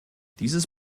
dieses